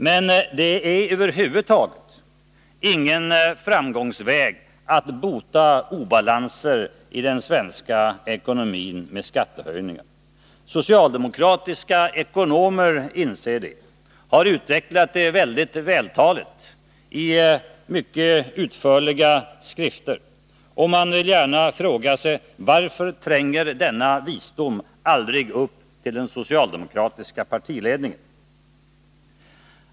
Och skattehöjningar är över huvud taget ingen framgångsväg för att bota obalansen i den svenska ekonomin. Socialdemokratiska ekonomer inser det och har vältaligt utvecklat det i mycket utförliga skrifter. Och man vill gärna fråga sig: Varför tränger denna visdom aldrig upp till den socialdemokratiska partiledningen?